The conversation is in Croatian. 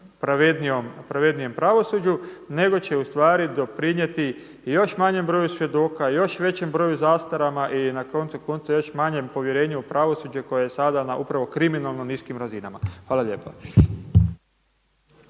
pravednijem pravosuđu nego će ustvari doprinijeti i još manjem broju svjedoka i još većem broju zastarama i na koncu konca još manjem povjerenju u pravosuđe koji je sada na upravo kriminalno niskim razinama. Hvala lijepa.